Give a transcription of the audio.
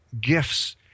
gifts